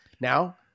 Now